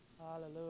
Hallelujah